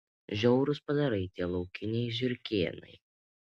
žiaurūs padarai tie laukiniai žiurkėnai